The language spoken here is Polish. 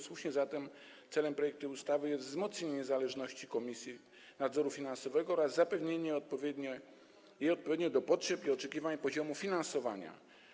Słusznie zatem celem projektu ustawy jest wzmocnienie niezależności Komisji Nadzoru Finansowego oraz zapewnienie jej odpowiedniego do potrzeb i oczekiwań poziomu finansowania.